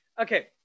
Okay